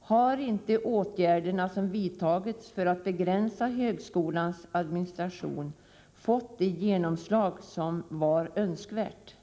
Har inte åtgärderna som har vidtagits för att begränsa högskolans administration fått det genomslag som var önskvärt?